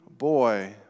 Boy